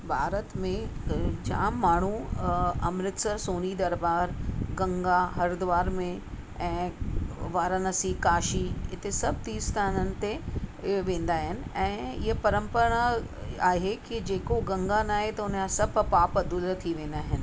भारत में त जामु माण्हू अमृतसर सोनी दरॿार गंगा हरिद्वार में ऐं वाराणसी काशी हिते सभु तीर्थ स्थाननि ते उहे वेंदा आहिनि ऐं इहा परम्परा आहे की जेको गंगा नहाए त उनजा सभु पाप दूरि थी वेंदा आहिनि